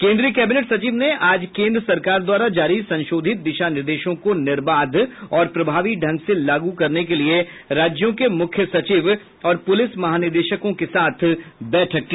केन्द्रीय केबिनेट सचिव ने आज केन्द्र सरकार द्वारा जारी संशोधित दिशा निर्देशों को निर्बाध और प्रभावी ढंग से लागू करने के लिए राज्यों के मुख्य सचिव और पुलिस महानिदेशकों के साथ बैठक की